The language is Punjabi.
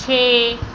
ਛੇ